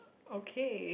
okay